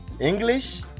English